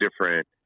different